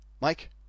Mike